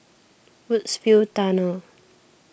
Woodsville Tunnel